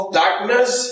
darkness